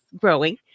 growing